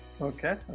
okay